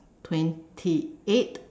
twenty eight